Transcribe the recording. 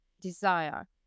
desire